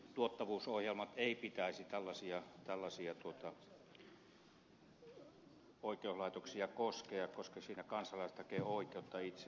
tämmöisten tuottavuusohjelmien ei pitäisi oikeuslaitoksia koskea koska niissä kansalaiset hakevat oikeutta itselleen